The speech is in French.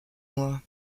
moi